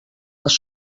les